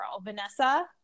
Vanessa